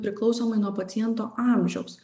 priklausomai nuo paciento amžiaus